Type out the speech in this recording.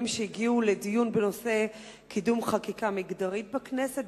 שהגיעו לדיון בנושא קידום חקיקה מגדרית בכנסת,